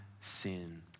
sin